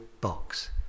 box